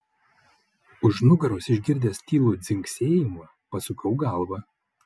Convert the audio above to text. už nugaros išgirdęs tylų dzingsėjimą pasukau galvą